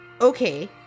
okay